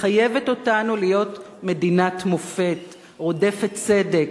מחייבת אותנו להיות מדינת מופת, רודפת צדק,